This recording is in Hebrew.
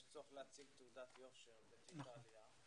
יש צורך להציג תעודת יושר בתיק העלייה.